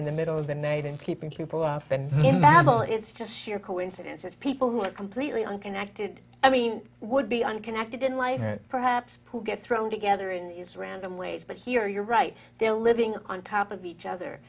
in the middle of the night and keeping people often in battle it's just sheer coincidence that people who are completely unconnected i mean would be unconnected in life perhaps poor get thrown together in these random ways but here you're right they're living on top of each other